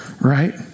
Right